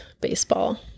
baseball